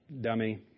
dummy